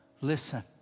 Listen